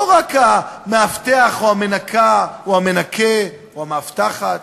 לא רק המאבטח או המנקָה או המנקֶה או המאבטחת,